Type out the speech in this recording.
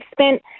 spent